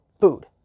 food